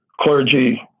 clergy